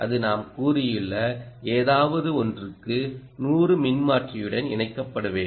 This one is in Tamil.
அது நாம் கூறியுள்ள ஏதாவது 1 க்கு 100 மின்மாற்றியுடன் இணைக்கப்பட வேண்டும்